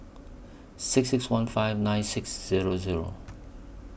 six six one five nine six Zero Zero